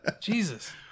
Jesus